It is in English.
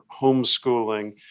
homeschooling